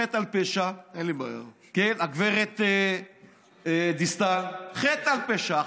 חטא על פשע, הגברת דיסטל, חטא על פשע.